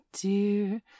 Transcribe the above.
dear